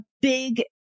big